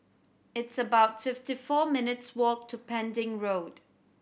it's about fifty four minutes' walk to Pending Road